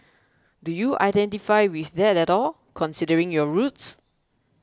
do you identify with that at all considering your roots